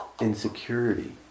insecurity